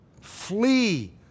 Flee